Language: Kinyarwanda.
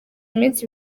iminsi